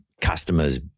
Customers